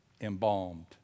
embalmed